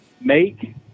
make